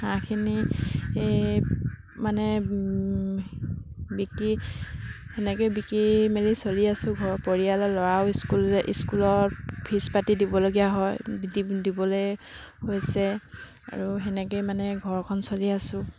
হাঁহখিনি মানে বিকি সেনেকৈয়ে বিকি মেলি চলি আছোঁ ঘৰৰ পৰিয়ালৰ ল'ৰাও স্কুল যায় স্কুলত ফিজ পাতি দিবলগীয়া হয় দিবলৈ হৈছে আৰু সেনেকৈয়ে মানে ঘৰখন চলি আছোঁ